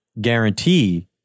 guarantee